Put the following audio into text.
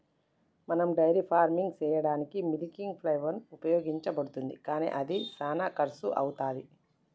మనం dairy farming సెయ్యదానికీ milking pipeline ఉపయోగించబడుతుంది కానీ అది శానా కర్శు అవుతది